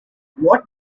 what